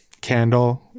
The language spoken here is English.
candle